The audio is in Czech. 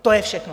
To je všechno.